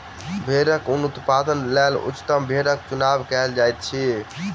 भेड़क ऊन उत्पादनक लेल उच्चतम भेड़क चुनाव कयल जाइत अछि